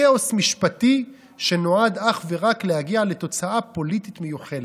כאוס משפטי שנועד אך ורק להגיע לתוצאה פוליטית מיוחלת".